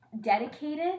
dedicated